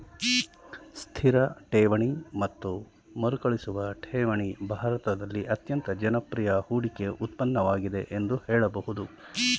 ಸ್ಥಿರ ಠೇವಣಿ ಮತ್ತು ಮರುಕಳಿಸುವ ಠೇವಣಿ ಭಾರತದಲ್ಲಿ ಅತ್ಯಂತ ಜನಪ್ರಿಯ ಹೂಡಿಕೆ ಉತ್ಪನ್ನವಾಗಿದೆ ಎಂದು ಹೇಳಬಹುದು